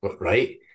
Right